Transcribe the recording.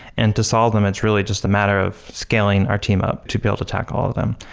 and to solve them, it's really just a matter of scaling our team up to be able to tackle all of them.